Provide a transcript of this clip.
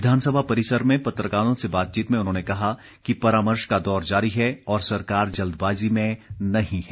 विधानसभा परिसर में पत्रकारों से बातचीत में उन्होंने कहा कि परामर्श का दौर जारी है और सरकार जल्दबाजी में नहीं है